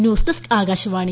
news desk Akashvani